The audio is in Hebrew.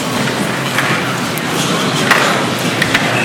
בחשוון תשע"ט,